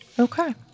Okay